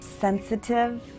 sensitive